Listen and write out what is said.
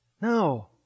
No